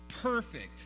perfect